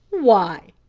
why?